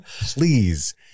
Please